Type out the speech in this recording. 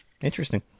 interesting